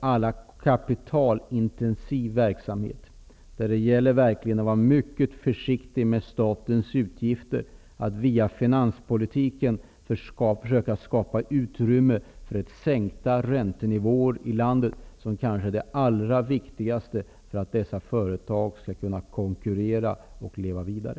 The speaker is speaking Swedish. alla är kapitalintensiva verksamheter, och det gäller där att verkligen vara mycket försiktig med statens utgifter, att via finanspolitiken försöka skapa utrymme för sänkta räntenivåer i landet. Detta är det kanske allra viktigaste för att dessa företag skall kunna konkurrera och leva vidare.